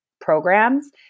programs